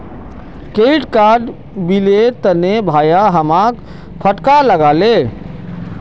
credit card बिलेर तने भाया हमाक फटकार लगा ले